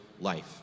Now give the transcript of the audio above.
life